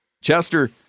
Chester